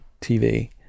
TV